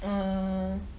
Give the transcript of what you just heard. err